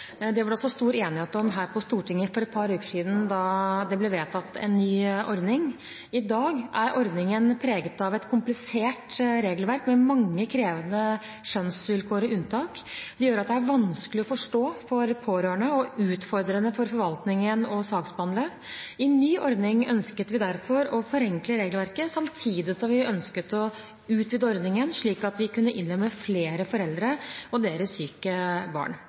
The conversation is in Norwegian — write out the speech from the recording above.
Det var det også stor enighet om her på Stortinget for et par uker siden da det ble vedtatt ny ordning. I dag er ordningen preget av et komplisert regelverk med mange krevende skjønnsvilkår og unntak. Det gjør det vanskelig å forstå for pårørende og utfordrende å saksbehandle for forvaltningen. I ny ordning ønsket vi derfor å forenkle regelverket, samtidig som vi ønsket å utvide ordningen slik at vi kunne innlemme flere foreldre og deres syke barn.